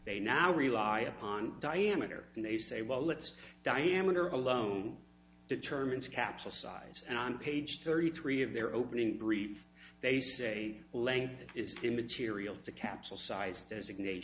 they now rely upon diameter and they say well let's diameter alone determines capsule size and on page thirty three of their opening brief they say length is immaterial to capsule sized as ignat